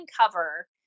cover